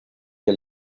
que